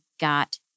got